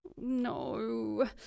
No